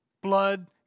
blood